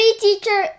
teacher